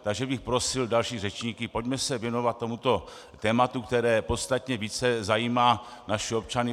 Takže bych prosil další řečníky, pojďme se věnovat tomuto tématu, které podstatně více zajímá naše občany.